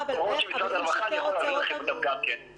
אני יכול להביא לכם את ההוראות של משרד הרווחה.